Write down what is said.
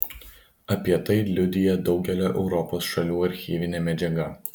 apie tai liudija daugelio europos šalių archyvinė medžiaga